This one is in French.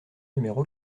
numéro